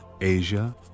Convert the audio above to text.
Asia